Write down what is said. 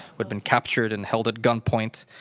who had been captured and held at gunpoint,